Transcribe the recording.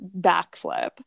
backflip